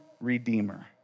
redeemer